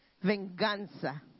venganza